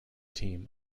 team